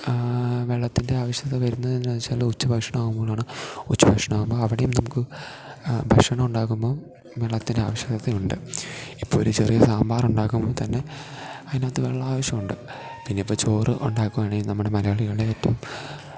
വെള്ളത്തിൻ്റെ ആവശ്യകത വരുന്നത് എന്ന് വെച്ചാൽ ഉച്ച ഭക്ഷണം ആകുമ്പോഴാണ് ഉച്ച ഭക്ഷണം ആകുമ്പോൾ അവിടെയും നമുക്ക് ഭക്ഷണം ഉണ്ടാക്കുമ്പോൾ വെള്ളത്തിൻ്റെ ആവശ്യകതയുണ്ട് ഇപ്പോൾ ഒരു ചെറിയ സാമ്പാറുണ്ടാക്കുമ്പോൾ തന്നെ അതിനകത്ത് വെള്ളം ആവശ്യം ഉണ്ട് പിന്നെ ഇപ്പോൾ ചോറ് ഉണ്ടാക്കുവാണെങ്കിൽ നമ്മുടെ മലയാളികളെ ഏറ്റവും